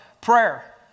prayer